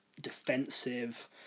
defensive